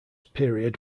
period